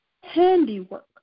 handiwork